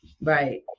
Right